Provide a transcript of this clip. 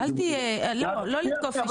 לא לתקוף אישית.